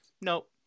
Nope